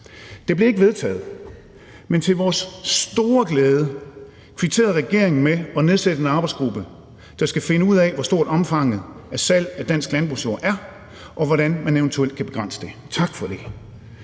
Det blev ikke vedtaget, men til vores store glæde kvitterede regeringen med at nedsætte en arbejdsgruppe, der skal finde ud af, hvor stort omfanget af salget af dansk landbrugsjord er, og hvordan man eventuelt kan begrænse det. Tak for det.